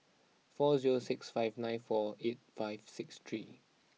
four zero six five nine four eight five six three